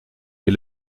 les